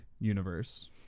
universe